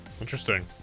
interesting